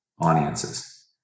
audiences